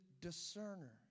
discerner